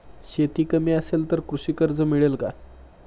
शेती कमी असेल तर कृषी कर्ज मिळेल का?